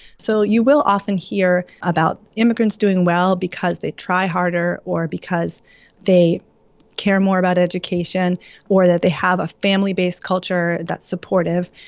so you will often hear about immigrants doing well because they try harder or because they care more about education or that they have a family-based culture that's supportive.